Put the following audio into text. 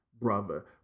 brother